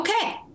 Okay